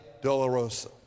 Dolorosa